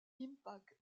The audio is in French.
impact